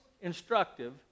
instructive